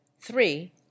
three